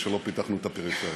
תודה רבה.